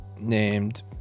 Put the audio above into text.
named